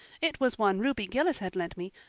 it was one ruby gillis had lent me,